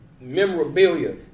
memorabilia